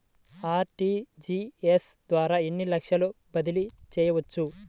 RTGS ద్వారా ఎన్ని లక్షలు బదిలీ చేయవచ్చు?